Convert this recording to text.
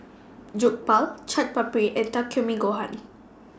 Jokbal Chaat Papri and Takikomi Gohan